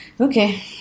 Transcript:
Okay